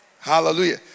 Hallelujah